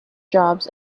jobs